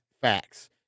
Facts